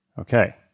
Okay